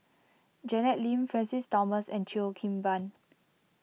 Janet Lim Francis Thomas and Cheo Kim Ban